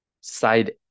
Side